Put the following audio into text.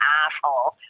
asshole